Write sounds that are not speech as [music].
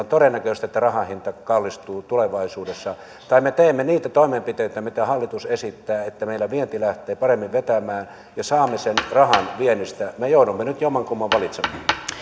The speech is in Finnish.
[unintelligible] todennäköistä että rahan hinta kallistuu tulevaisuudessa tai me teemme niitä toimenpiteitä mitä hallitus esittää että meillä vienti lähtee paremmin vetämään ja saamme sen rahan viennistä me joudumme nyt jommankumman valitsemaan